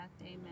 Amen